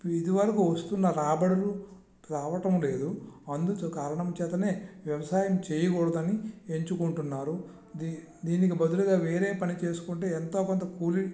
ఇది వరకు వస్తున్న రాబడులు రావటంలేదు అందు కారణం చేతనే వ్యవసాయం చేయకూడదని ఎంచుకుంటున్నారు దీనికి బదులుగా వేరే పని చేసుకుంటే ఎంతో కొంత కూలి